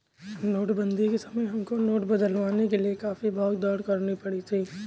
नोटबंदी के समय हमको नोट बदलवाने के लिए काफी भाग दौड़ करनी पड़ी थी